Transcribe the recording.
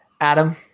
Adam